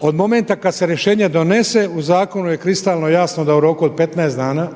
od momenta kada se rješenje donese u zakonu je kristalno jasno da u roku od 15 dana